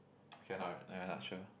cannot no you're not sure